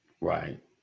Right